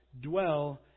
Dwell